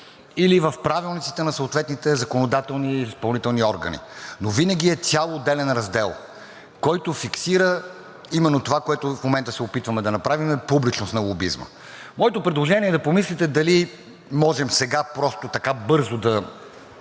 или в правилниците на съответните законодателни и изпълнителни органи. Но винаги е цял отделен раздел, който фиксира именно това, което в момента се опитваме да направим – публичност на лобизма. Моето предложение е да помислите дали можем сега просто така бързо да